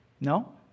No